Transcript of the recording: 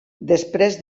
després